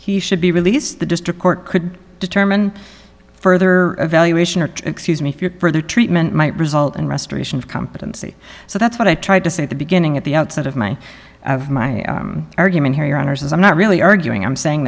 he should be released the district court could determine further evaluation or excuse me if your further treatment might result in restoration of competency so that's what i tried to say at the beginning at the outset of my argument here on ars i'm not really arguing i'm saying